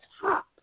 top